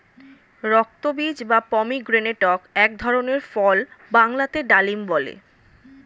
রক্তবীজ বা পমিগ্রেনেটক এক ধরনের ফল বাংলাতে ডালিম বলে